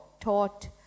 taught